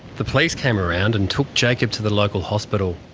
the police came around and took jacob to the local hospital.